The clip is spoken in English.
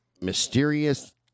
mysterious